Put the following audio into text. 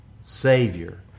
Savior